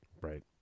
Right